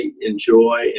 enjoy